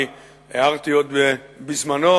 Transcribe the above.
אני הערתי עוד בזמנו